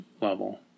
level